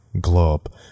globe